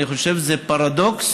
אני חושב שזה פרדוקס